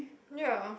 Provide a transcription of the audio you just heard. ya